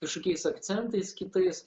kažkokiais akcentais kitais